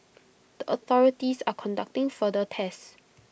the authorities are conducting further tests